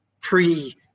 pre